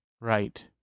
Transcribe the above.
Right